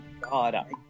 God